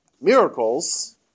miracles